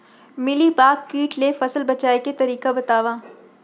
Mealybug kit ले फसल बचाए के तरीका बतावव?